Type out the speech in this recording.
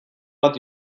bat